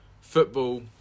Football